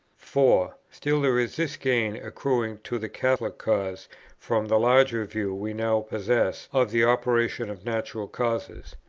four. still there is this gain accruing to the catholic cause from the larger views we now possess of the operation of natural causes,